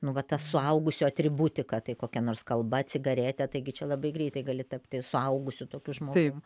nu va ta suaugusių atributika tai kokia nors kalba cigaretė taigi čia labai greitai gali tapti suaugusiu tokiu žmogum